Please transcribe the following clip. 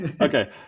Okay